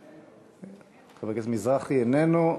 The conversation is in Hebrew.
חבר הכנסת מזרחי, איננו.